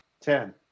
ten